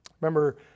Remember